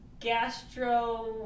Gastro